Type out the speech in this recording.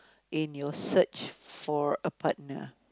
in your search for a partner